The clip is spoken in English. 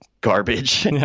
garbage